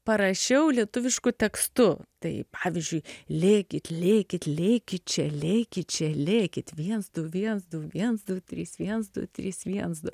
parašiau lietuvišku tekstu tai pavyzdžiui lėkit lėkit lėkit čia lėkit čia lėkit viens du viens viens du trys viens du trys viens du